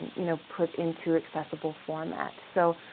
you know, put into accessible format. so,